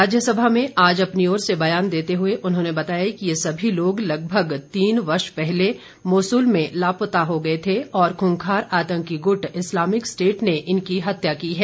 राज्यसभा में आज अपनी ओर से बयान देते हुए उन्होंने बताया कि यह सभी लोग लगभग तीन वर्ष पहले मोसूल में लापता हो गये थे और खुंखार आतंकी गुट इस्लामिक स्टेट ने इनकी हत्या की है